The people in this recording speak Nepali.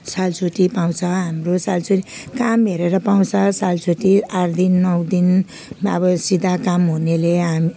सालछुट्टी पाउँछ हाम्रो सालछुट्टी काम हेरेर पाउँछ सालछुट्टी आठ दिन नौ दिन अब सिधा काम हुनेले हाम